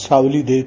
सावली देत